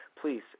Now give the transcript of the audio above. please